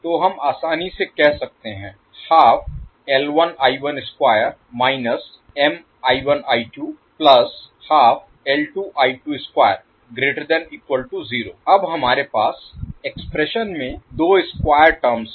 तो हम आसानी से कह सकते हैं अब हमारे पास एक्सप्रेशन में दो स्क्वायर टर्म्स हैं